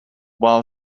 while